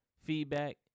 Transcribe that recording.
feedback